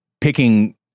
picking